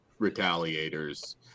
retaliators